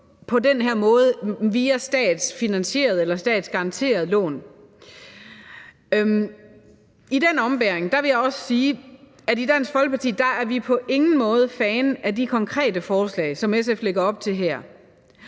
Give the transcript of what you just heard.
via statsfinansierede eller statsgaranterede lån. I den ombæring vil jeg også sige, at vi i Dansk Folkeparti på ingen måde er fan af de konkrete forslag, som SF lægger op til her.